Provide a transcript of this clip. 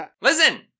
Listen